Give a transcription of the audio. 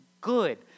good